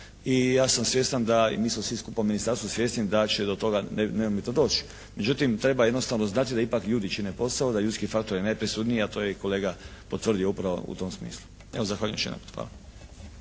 i ja sam svjestan i mi smo svi skupa u ministarstvu svjesni da će do toga neumitno doći. Međutim, treba jednostavno znati da ipak ljudi čine posao, da ljudski faktor je najpresudniji a to je i kolega potvrdio upravo u tom smislu. Evo, zahvaljujem još jedanput. Hvala.